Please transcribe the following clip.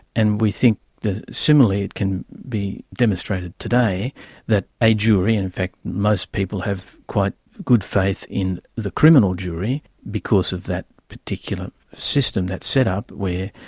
and we think similarly it can be demonstrated today that a jury, and in fact most people have quite good faith in the criminal jury because of that particular system, that set-up where,